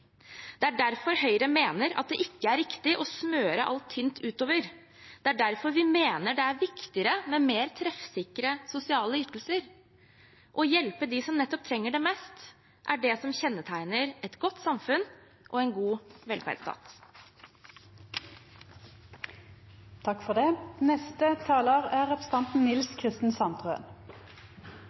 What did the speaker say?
Det er derfor Høyre mener at det ikke er riktig å smøre alt tynt utover. Det er derfor vi mener det er viktigere med mer treffsikre sosiale ytelser. Å hjelpe nettopp dem som trenger det mest, er det som kjennetegner et godt samfunn og en god